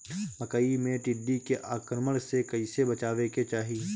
मकई मे टिड्डी के आक्रमण से कइसे बचावे के चाही?